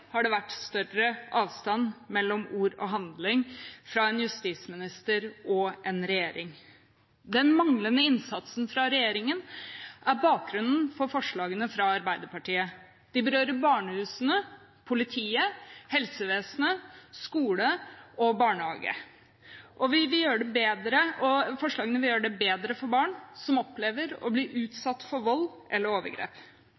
har det vært større avstand mellom ord og handling hos en justisminister og en regjering. Den manglende innsatsen fra regjeringen er bakgrunnen for forslagene fra Arbeiderpartiet. De berører barnehusene, politiet, helsevesenet, skolen og barnehagene. Forslagene vil gjøre det bedre for barn som opplever å bli